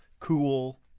Cool